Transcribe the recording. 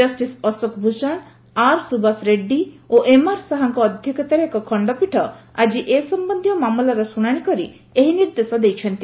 justice Ashok Bhushan R Subhash Reddy ଓ M R ଶାହାଙ୍କ ଅଧ୍ୟକ୍ଷତାରେ ଏକ ଖଣ୍ଡପୀଠ ଆଜି ଏସମ୍ଭନ୍ଧୀୟ ମାମଲାର ଶୁଣାଣି କରି ଏହି ନିର୍ଦ୍ଦେଶ ଦେଇଛନ୍ତି